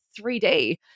3D